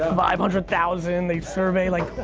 um five hundred thousand they survey like,